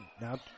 Now